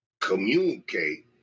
communicate